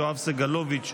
יואב סגלוביץ',